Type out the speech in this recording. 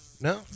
No